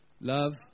Love